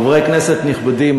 חברי כנסת נכבדים,